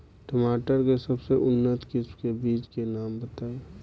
टमाटर के सबसे उन्नत किस्म के बिज के नाम बताई?